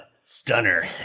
Stunner